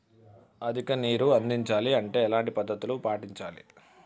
అధిక నీరు అందించాలి అంటే ఎలాంటి పద్ధతులు పాటించాలి?